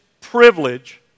privilege